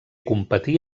competí